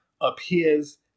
Appears